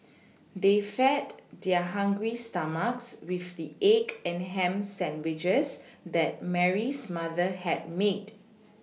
they fed their hungry stomachs with the egg and ham sandwiches that Mary's mother had made